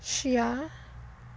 ਸ਼ੀਆ